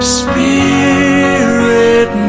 spirit